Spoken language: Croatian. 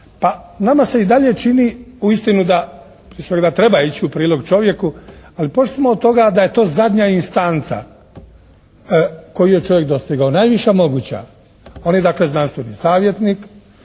Pa, nama se i dalje čini uistinu da prije svega treba ići u prilog čovjeku, ali pošli smo od toga da je to zadnja instanca koju je čovjek dostigao, najviša moguća. On je dakle znanstveni savjetnik,